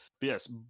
yes